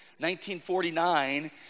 1949